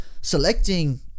selecting